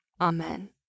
Amen